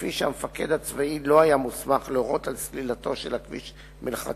שכפי שהמפקד הצבאי לא היה מוסמך להורות על סלילתו של הכביש מלכתחילה,